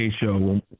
Show